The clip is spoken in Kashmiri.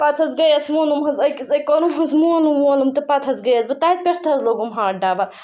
پَتہٕ حظ گٔیَس ووٚنُم حظ أکِس أتۍ کوٚرُم حظ مولوٗم وولوٗم تہٕ پَتہٕ حظ گٔیَس بہٕ تَتہِ پٮ۪ٹھ تہِ حظ لوٚگُم ہَتھ ڈَبَل